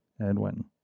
Edwin